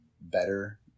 better